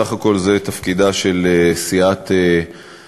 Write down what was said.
סך הכול זה תפקידה של סיעת אופוזיציה.